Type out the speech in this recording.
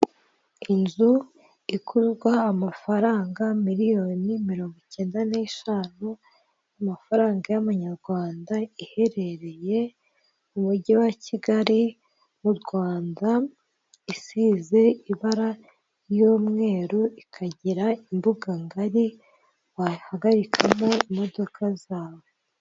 Inzu igurwa amafaranga miliyoni mirongo icyenda neshanu, amafaranga y'amanyarwanda, iherereye mu mujyi wa Kigali mu Rwanda, isize ibara ry'umweru, ikagira imbuga ngari wahagarikamo imodoka zawe.